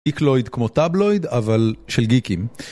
איקלויד כמו טבלויד אבל של גיקים